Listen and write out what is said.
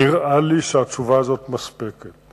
נראה לי שהתשובה הזאת מספקת.